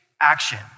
action